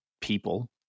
people